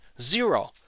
Zero